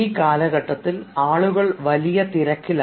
ഈ കാലഘട്ടത്തിൽ ആളുകൾ വലിയ തിരക്കിലാണ്